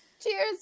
cheers